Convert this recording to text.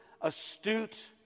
astute